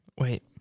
wait